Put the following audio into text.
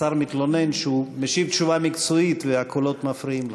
השר מתלונן שהוא משיב תשובה מקצועית והקולות מפריעים לו.